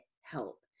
help